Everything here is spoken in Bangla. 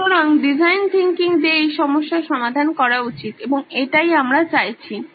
সুতরাং ডিজাইন থিংকিং দিয়েই সমস্যার সমাধান করা উচিত এবং এটাই আমরা চাইছি